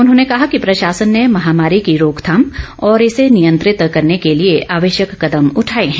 उन्होंने कहा कि प्रशासन ने महामारी की रोकथाम और इसे नियंत्रित करने के लिए आवश्यक कदम उठाए हैं